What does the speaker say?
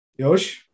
Yosh